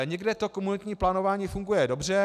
Někde to komunitní plánování funguje dobře.